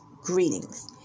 greetings